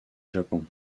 japon